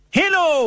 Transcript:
hello